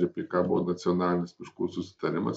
apie ką buvo nacionalinis miškų susitarimas